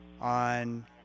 on